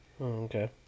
okay